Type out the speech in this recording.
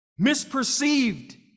misperceived